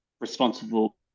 responsible